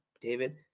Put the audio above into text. david